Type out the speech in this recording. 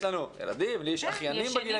יש לנו ילדים, לי יש אחיינים בגילאים האלה.